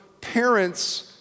parents